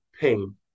pain